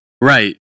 Right